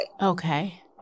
okay